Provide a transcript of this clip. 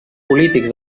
polítics